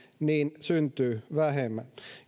syntyy vähemmän